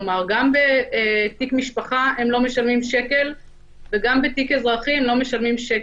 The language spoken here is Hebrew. כלומר גם בתיק משפחה הם לא משלמים שקל וגם בתיק אזרחי הם לא משלמים שקל.